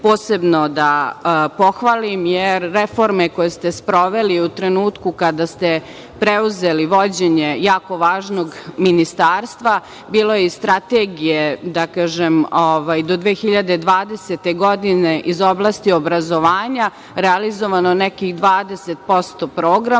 posebno da pohvalim jer reforme koje ste sproveli u trenutku kada ste preuzeli vođenje jako važnog ministarstva bilo je i strategija do 2020. godine iz oblasti obrazovanja, realizovano je nekih 20%, da